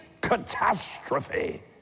catastrophe